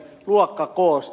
sarkomaa